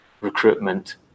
recruitment